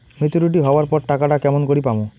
Maturity হবার পর টাকাটা কেমন করি পামু?